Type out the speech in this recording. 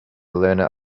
learner